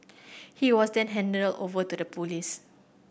he was then handed over to the police